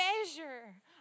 measure